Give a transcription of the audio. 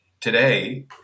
Today